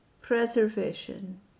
preservation